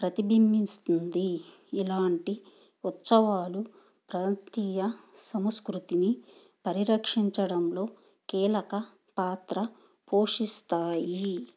ప్రతిబింబిస్తుంది ఇలాంటి ఉత్సవాలు ప్రాంతీయ సంస్కృతిని పరిరక్షించడంలో కీలక పాత్ర పోషిస్తాయి